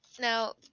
Now